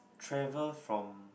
travel from